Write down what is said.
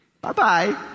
Bye-bye